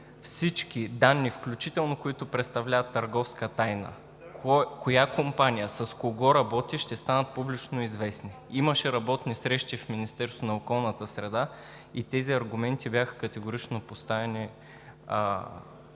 всички данни, включително които представляват търговска тайна – коя компания с кого работи, ще станат публично известни. Имаше работни срещи в Министерството на околната среда и водите и тези аргументи бяха категорично поставени